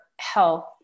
health